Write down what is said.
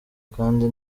kandi